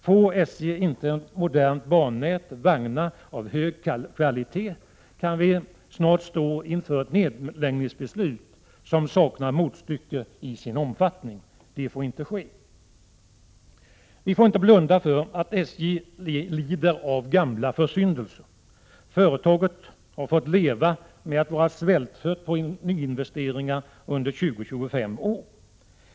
Får SJ inte ett modernt bannät och vagnar av hög kvalitet, kan vi snart stå inför ett nedläggningsbeslut som vad gäller omfattning saknar motstycke. Detta får inte ske. Vi får inte blunda för att SJ lider av gamla försyndelser. Företaget har fått leva med att vara ”svältfött” på nyinvesteringar under 20—25 år.